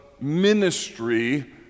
ministry